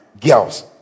girls